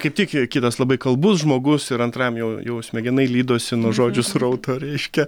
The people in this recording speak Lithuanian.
kaip tik kitas labai kalbus žmogus ir antram jau jau smegenai lydosi nuo žodžių srauto reiškia